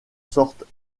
sortes